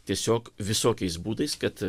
tiesiog visokiais būdais kad